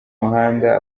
muhanda